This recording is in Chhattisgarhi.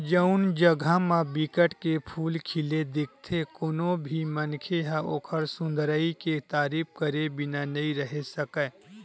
जउन जघा म बिकट के फूल खिले दिखथे कोनो भी मनखे ह ओखर सुंदरई के तारीफ करे बिना नइ रहें सकय